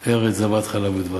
ולנו ארץ זבת חלב ודבש".